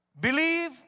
Believe